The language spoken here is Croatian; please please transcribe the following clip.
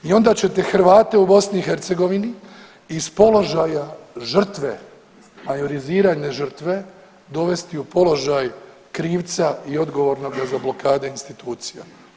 I onda ćete Hrvate u BiH iz položaja žrtve majoriziranja žrtve dovesti u položaj krivca i odgovornoga za blokade institucija.